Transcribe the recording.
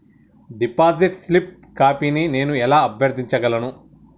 Deposit slip కాపీని నేను ఎలా అభ్యర్థించగలను?